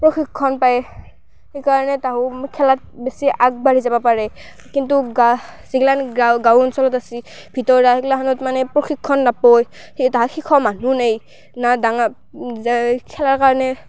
প্ৰশিক্ষণ পায় সেইকাৰণে তাহোম খেলাত বেছি আগবাঢ়ি যাবা পাৰে কিন্তু গা যিগলাখান গাঁও গাঁও অঞ্চলত আছে ভিতৰা সিগলাখানত মানে প্ৰশিক্ষণ নাপৱেই সেই তাহাক শিখোৱা মানুহ নাই না ডাঙাৰ যে খেলাৰ কাৰণে